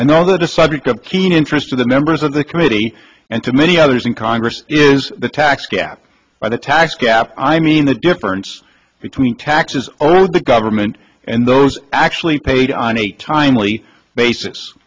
i know that a subject of keen interest to the members of the committee and to many others in congress is the tax gap by the tax gap i mean the difference between taxes the government actually paid on a timely basis